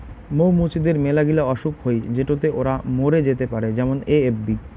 মৌ মুচিদের মেলাগিলা অসুখ হই যেটোতে ওরা মরে যেতে পারে যেমন এ.এফ.বি